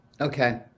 okay